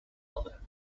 mother